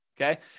Okay